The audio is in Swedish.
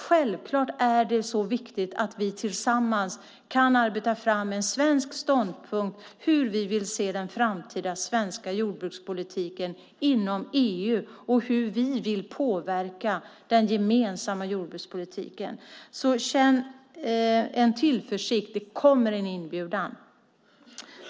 Självklart är det viktigt att vi tillsammans kan arbeta fram en svensk ståndpunkt för hur vi vill se den framtida svenska jordbrukspolitiken inom EU och hur vi vill påverka den gemensamma jordbrukspolitiken. Känn tillförsikt! Det kommer en inbjudan.